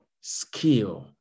skill